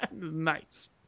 nice